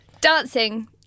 dancing